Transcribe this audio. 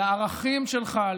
לערכים שלך,